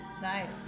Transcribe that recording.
Nice